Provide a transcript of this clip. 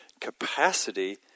capacity